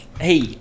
hey